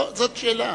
זאת שאלה.